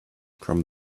from